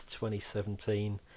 2017